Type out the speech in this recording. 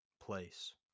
place